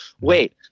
wait